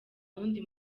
wundi